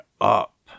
up